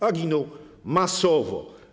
A giną masowo.